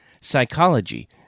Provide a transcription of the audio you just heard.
psychology